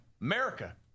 America